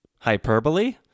Hyperbole